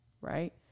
Right